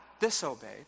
disobeyed